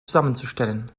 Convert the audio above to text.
zusammenzustellen